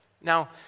now